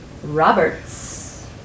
Roberts